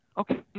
okay